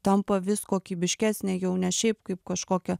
tampa vis kokybiškesnė jau ne šiaip kaip kažkokia